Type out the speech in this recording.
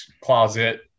closet